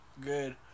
good